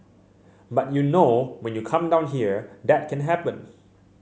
but you know when you come down here that can happen